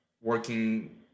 working